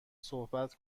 صحبت